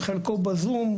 חלקו ב-זום,